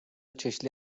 çeşitli